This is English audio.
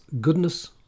goodness